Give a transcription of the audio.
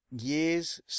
years